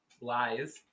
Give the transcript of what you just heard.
Lies